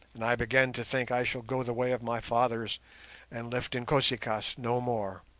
and i begin to think i shall go the way of my fathers and lift inkosi-kaas no more